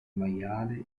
maiale